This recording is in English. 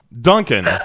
Duncan